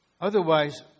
Otherwise